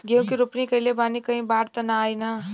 गेहूं के रोपनी कईले बानी कहीं बाढ़ त ना आई ना?